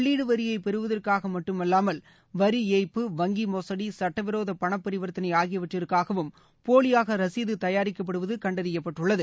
உள்ளீடு வரியை பெறுவதற்காக மட்டுமல்லாமல் வரி ஏய்ப்பு வங்கி மோசடி சுட்ட விரோத பணபரிவர்த்தனை ஆகியவற்றிற்காகவும் போலியாக ரசீது தயாரிக்கப்படுவது கண்டறியப்பட்டது